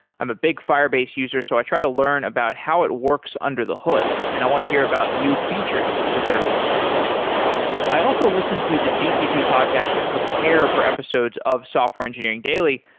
i'm a big firebase user, so i try to learn about how it works under the hood and i want to hear about new features that they're releasing i also listen to the gcp podcast prepare for episodes of software engineering daily,